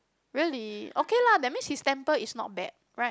really okay lah that means his temper is not bad right